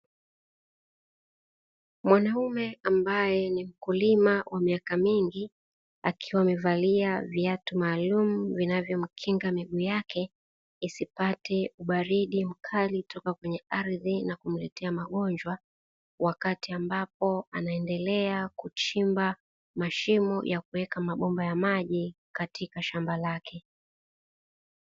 Mwanaume ambae ni mkulima wa miaka mingi akiwa amevalia viatu maalumu vinavyomkinga miguu yake, isipate ubaridi mkali toka kwenye ardhi na kumletea magonjwa wakati ambapo anaendelea kuchimba mashimo ya kuweka mabomba ya maji katika shamba lake.